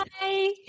Bye